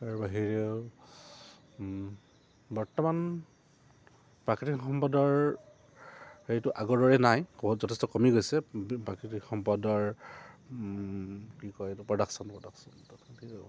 তাৰ বাহিৰেও বৰ্তমান প্ৰাকৃতিক সম্পদৰ হেৰিটো আগৰ দৰে নাই বহুত যথেষ্ট কমি গৈছে প্ৰাকৃতিক সম্পদৰ কি কয় এইটো প্ৰডাকশ্যন প্ৰডাকশ্যন